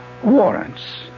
Warrants